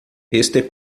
este